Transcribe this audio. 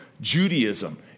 Judaism